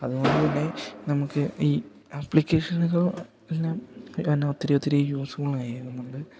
അതുകൊണ്ട്തന്നെ നമുക്ക് ഈ ആപ്ലിക്കേഷനുകൾ എല്ലാം തന്നെ ഒത്തിരി ഒത്തിരി യൂസ്ഫുൾ ആയി വരുന്നുണ്ട്